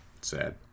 Sad